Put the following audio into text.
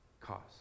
cost